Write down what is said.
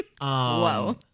Whoa